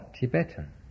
Tibetan